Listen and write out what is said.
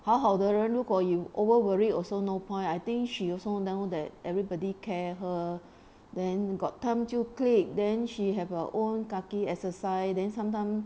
好好的人如果 you over worried also no point I think she also know that everybody care her then got time 就 click then she have her own kaki exercise then sometime